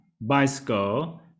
bicycle